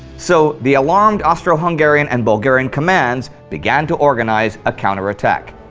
so the alarmed austro-hungarian and bulgarian commands began to organize a counter attack.